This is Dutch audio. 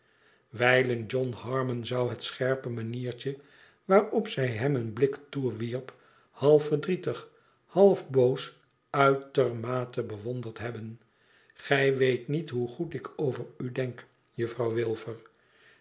wijlen john harmon zou het scherpe manieitje waarop zij hem een blik toewierp half verdrietig half boos uitermate bewonderd hebben gij weet niet hoe goed ik over u denk jufifrouw wilfcr